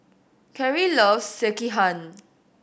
Carry loves Sekihan